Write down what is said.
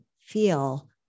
feel